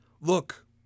Look